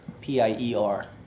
P-I-E-R